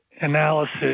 analysis